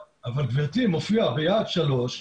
אבל גברתי, מופיע ביעד שלוש,